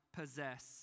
possess